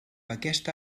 aquesta